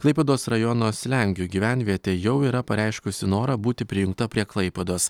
klaipėdos rajono slengių gyvenvietė jau yra pareiškusi norą būti prijungta prie klaipėdos